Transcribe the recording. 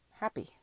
happy